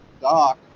Doc